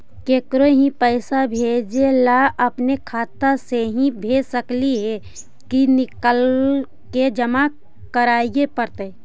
केकरो ही पैसा भेजे ल अपने खाता से ही भेज सकली हे की निकाल के जमा कराए पड़तइ?